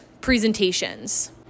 presentations